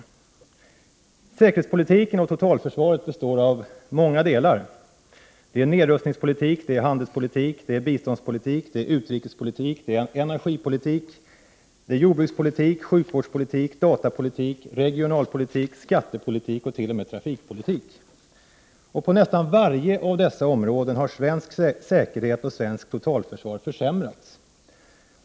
9 december 1988 Säkerhetspolitiken och totalförsvaret består av många delar: nedrustningspolitik, handelspolitik, biståndspolitik, utrikespolitik, energipolitik, jordbrukspolitik, sjukvårdspolitik, datapolitik, regionalpolitik, skattepolitik och t.o.m. trafikpolitik. På nästan alla av dessa områden har svensk säkerhet och svenskt totalförsvar försämrats.